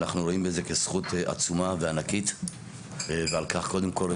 אנחנו רואים בזה כזכות עצומה וענקית ועל כך קודם כל,